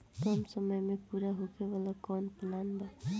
कम समय में पूरा होखे वाला कवन प्लान बा?